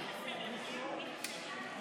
מזכירת הכנסת בינתיים תמסור